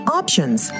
options